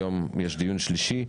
היום יש דיון שלישי.